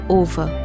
over